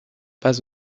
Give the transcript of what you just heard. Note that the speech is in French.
pas